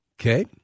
Okay